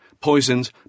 poisons